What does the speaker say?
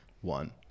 one